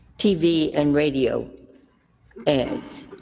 tv and radio ads,